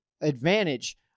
advantage